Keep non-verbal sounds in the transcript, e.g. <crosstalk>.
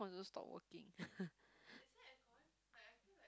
also stop working <laughs>